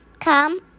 Come